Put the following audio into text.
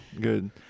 Good